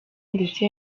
ndetse